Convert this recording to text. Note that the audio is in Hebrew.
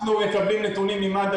אנחנו מקבלים נתונים ממד"א,